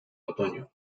otoño